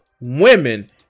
Women